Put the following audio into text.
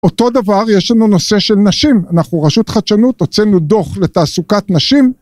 אותו דבר יש לנו נושא של נשים אנחנו רשות חדשנות עוצמנו דוח לתעסוקת נשים